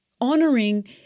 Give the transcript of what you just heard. honoring